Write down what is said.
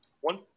one